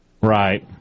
right